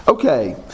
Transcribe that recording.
Okay